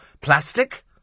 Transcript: Plastic